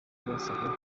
basabwa